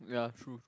ya true